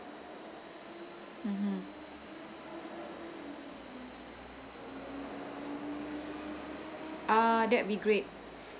mmhmm ah that'll be great